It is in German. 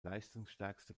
leistungsstärkste